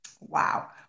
Wow